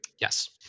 Yes